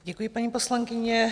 Děkuji, paní poslankyně.